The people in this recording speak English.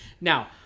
Now